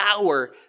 hour